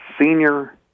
senior